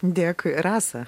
dėkui rasa